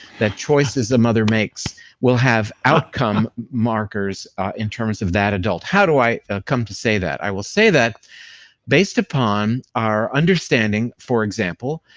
that choices a mother makes will have outcome markers in terms of that adult. how do i come to say that? i will say that based upon our understanding, for example,